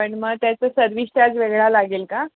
पण मग त्याचा सर्विस चार्ज वेगळा लागेल का